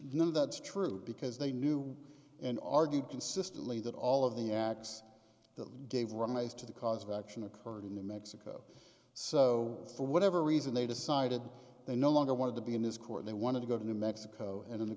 of that's true because they knew and argued consistently that all of the acts that gave rise to the cause of action occurred in mexico so for whatever reason they decided they no longer wanted to be in his court they wanted to go to mexico and in the